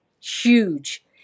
huge